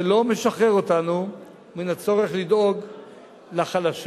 זה לא משחרר אותנו מן הצורך לדאוג לחלשים,